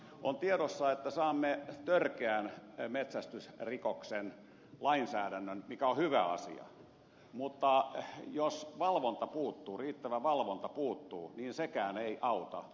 on tiedossa että saamme törkeän metsästysrikoksen lainsäädännön mikä on hyvä asia mutta jos riittävä valvonta puuttuu niin sekään ei auta